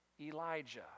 Elijah